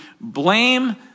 blame